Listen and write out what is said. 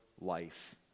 life